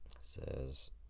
says